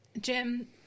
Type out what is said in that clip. Jim